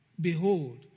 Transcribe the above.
Behold